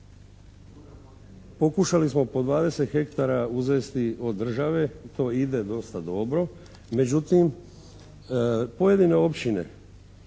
pokušali smo po dvadeset hektara uzeti od države. To ide dosta dobro, međutim pojedine općine